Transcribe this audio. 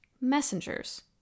messengers